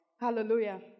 Hallelujah